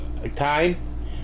time